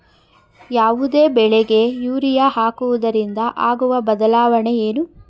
ಯಾವುದೇ ಬೆಳೆಗೆ ಯೂರಿಯಾ ಹಾಕುವುದರಿಂದ ಆಗುವ ಬದಲಾವಣೆ ಏನು?